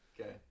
Okay